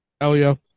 Elio